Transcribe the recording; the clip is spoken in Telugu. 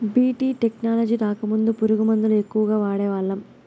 బీ.టీ టెక్నాలజీ రాకముందు పురుగు మందుల ఎక్కువగా వాడేవాళ్ళం